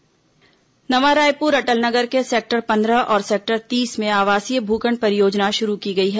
आवासीय भूखंड नवा रायपुर अटल नगर के सेक्टर पंद्रह और सेक्टर तीस में आवासीय भूखंड परियोजना शुरू की गई है